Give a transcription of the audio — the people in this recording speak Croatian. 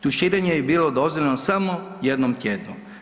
Tuširanje je bilo dozvoljeno samo jednom tjedno.